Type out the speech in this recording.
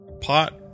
pot